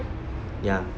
ya